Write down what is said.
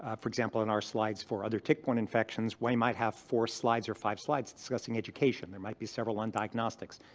ah for example in our slides for other tick-borne infections, we might have four slides or five slides discussing education. there might be several on diagnostics.